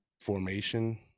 formation